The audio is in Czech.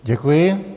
Děkuji.